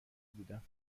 بودم